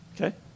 Okay